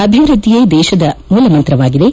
ಅಭಿವೃದ್ದಿಯೇ ದೇಶದ ಮೂಲಮಂತ್ರವಾಗಿದೆ